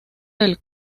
del